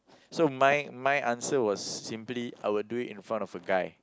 so my my answer was simply I would do it in front of a guy